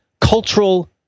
cultural